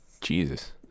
Jesus